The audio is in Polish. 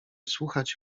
słuchać